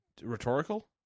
Rhetorical